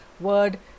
word